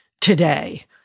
today